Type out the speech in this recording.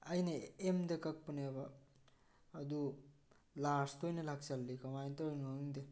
ꯑꯩꯅ ꯑꯦꯝꯗ ꯀꯛꯄꯅꯦꯕ ꯑꯗꯨ ꯂꯥꯔꯖꯇ ꯑꯣꯏꯅ ꯂꯥꯛꯁꯜꯂꯤ ꯑꯗꯨ ꯀꯃꯥꯏꯅ ꯇꯧꯔꯤꯅꯣ ꯈꯪꯗꯦ